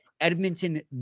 Edmonton